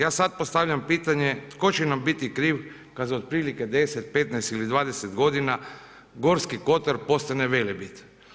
Ja sad postavljam pitanje tko će nam biti kriv kad za otprilike 10, 15 godina Gorski kotar postane Velebit.